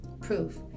Proof